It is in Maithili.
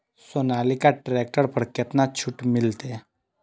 सोनालिका ट्रैक्टर पर केतना छूट मिलते?